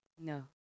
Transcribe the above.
No